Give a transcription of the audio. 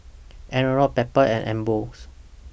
Anello Pampers and Ambros